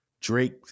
Drake